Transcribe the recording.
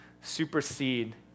supersede